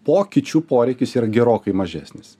pokyčių poreikis yra gerokai mažesnis